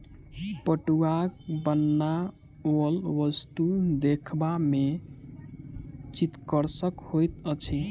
पटुआक बनाओल वस्तु देखबा मे चित्तकर्षक होइत अछि